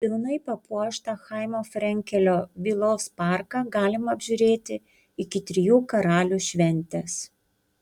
pilnai papuoštą chaimo frenkelio vilos parką galima apžiūrėti iki trijų karalių šventės